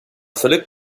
völlig